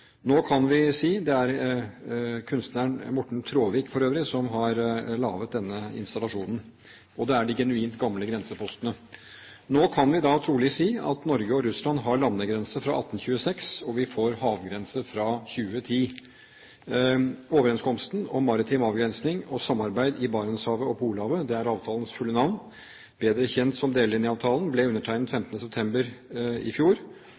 Det er for øvrig kunstneren Morten Traavik som har laget denne installasjonen, og det er de genuint gamle grensepostene. Nå kan vi da trolig si at Norge og Russland har landegrense fra 1826, og vi får havgrense fra 2010. Overenskomsten om maritim avgrensning og samarbeid i Barentshavet og Polhavet – det er avtalens fulle navn, bedre kjent som delelinjeavtalen – ble undertegnet 15. september i fjor